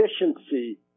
efficiency